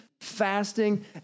fasting